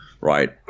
right